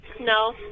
No